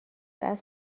است